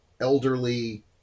elderly